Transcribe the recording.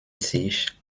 sich